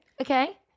okay